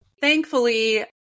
thankfully